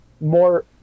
more –